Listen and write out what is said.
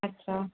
अच्छा